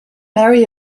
marry